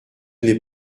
n’est